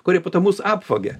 kurie po to mus apvogė